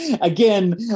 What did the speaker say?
again